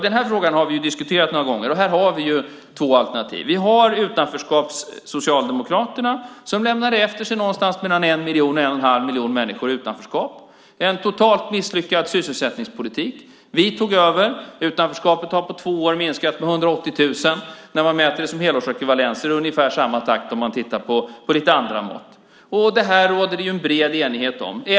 Den frågan har vi diskuterat några gånger, och här har vi två alternativ. Vi har utanförskaps-Socialdemokraterna som lämnade efter sig något mellan en miljon och en och en halv miljon människor i utanförskap, en totalt misslyckad sysselsättningspolitik. Vi tog över. Utanförskapet har på två år minskat med 180 000 när man mäter det som helårsekvivalenser och i ungefär samma takt om man tittar på lite andra mått. Det råder det en bred enighet om.